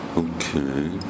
Okay